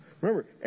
Remember